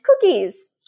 cookies